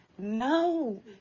No